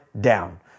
down